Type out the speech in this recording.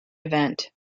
event